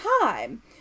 time